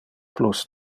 plus